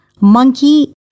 monkey